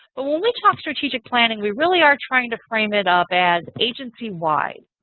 but when we talk strategic planning, we really are trying to frame it up as agency-wide.